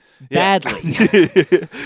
badly